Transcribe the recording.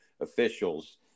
officials